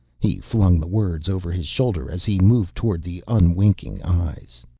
he flung the words over his shoulder as he moved toward the unwinking eyes.